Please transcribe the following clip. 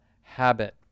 habit